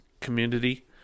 community